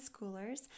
schoolers